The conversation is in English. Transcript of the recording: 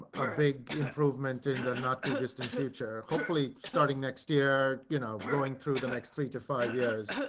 a big improvement in the not too distant future. hopefully starting next year, you know, going through the next three to five years.